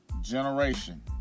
generation